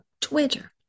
Twitter